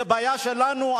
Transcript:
זו בעיה שלנו,